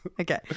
Okay